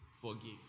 forgive